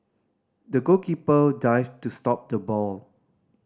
the goalkeeper dived to stop the ball